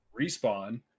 Respawn